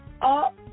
up